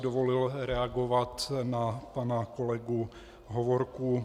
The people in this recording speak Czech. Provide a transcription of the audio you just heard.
Dovolil bych si reagovat na pana kolegu Hovorku.